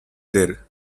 there